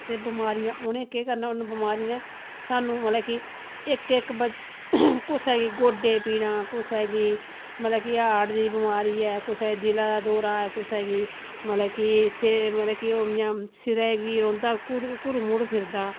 ते बमारियें उनें केह् करना उनें बमारियें स्हानू मतलब कि इक इक कुसा गी गोड्डे पीड़ां कुसै गी मतलब कि हार्ट दी बमारी ऐ कुसा गी दिला दा दौरा कुसा गी मतलब कि सिर मतलब कि ओह् इयां सिरा गी रौहंदा कुरू कुरू मुरू फिरदा